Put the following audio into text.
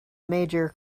major